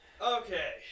Okay